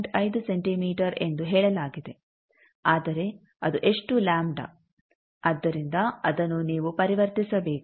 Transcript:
5 centimetre ಎಂದು ಹೇಳಲಾಗಿದೆ ಆದರೆ ಅದು ಎಷ್ಟು ಲಾಂಬ್ಡಾ ಆದ್ದರಿಂದ ಅದನ್ನು ನೀವು ಪರಿವರ್ತಿಸಬೇಕು